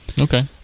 Okay